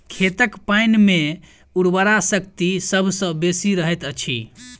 खेतक पाइन मे उर्वरा शक्ति सभ सॅ बेसी रहैत अछि